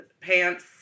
pants